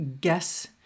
guess